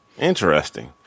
interesting